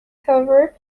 cover